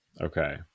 okay